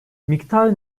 miktarı